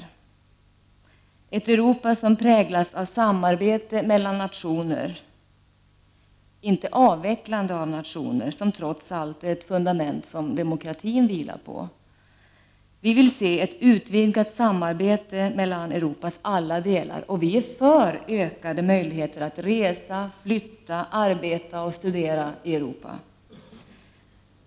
Vi vill se ett Europa som präglas av samarbete mellan nationer, inte avvecklande av nationer, vilka trots allt är det fundament som demokratin vilar på. Vi vill se ett utvidgat samarbete mellan Europas alla delar. Vi är för ökade möjligheter att resa, flytta, arbeta och studera i Europa.